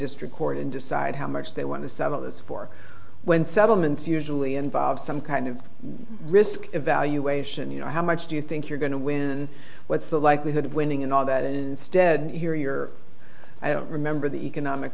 district court and decide how much they want to settle this for when settlements usually involve some kind of risk evaluation you know how much do you think you're going to win what's the likelihood of winning in all that stead here your i don't remember the economic